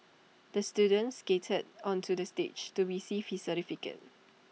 the students skated onto the stage to receive his certificate